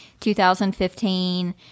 2015